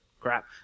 crap